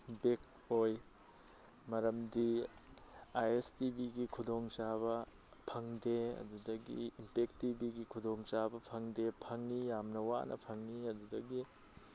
bag ꯑꯣꯏ ꯃꯔꯝꯗꯤ I S ꯇꯤꯚꯤꯒꯤ ꯈꯨꯗꯣꯡꯆꯥꯕ ꯐꯪꯗꯦ ꯑꯗꯨꯗꯒꯤ ꯏꯝꯄꯦꯛ ꯇꯤꯚꯤꯒꯤ ꯈꯨꯗꯣꯡꯆꯥꯕ ꯐꯪꯗꯦ ꯐꯪꯉꯤ ꯌꯥꯝꯅ ꯋꯥꯅ ꯐꯪꯉꯤ ꯑꯗꯨꯗꯒꯤ